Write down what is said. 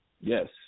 Yes